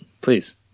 please